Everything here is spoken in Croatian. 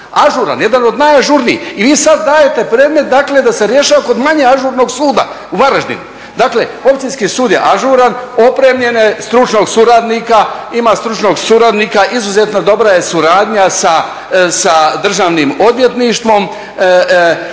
ažuran, jedan od najažurnijih i vi sad dajete predmet, dakle da se rješava kod manje ažurnog suda u Varaždinu. Dakle, Općinski sud je ažuran, opremljen je, ima stručnog suradnika, izuzetno je dobra suradnja sa Državnim odvjetništvom,